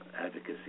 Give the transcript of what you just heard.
advocacy